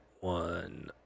one